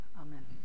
Amen